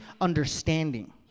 understanding